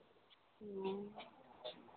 ह्म्म